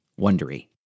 Wondery